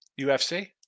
UFC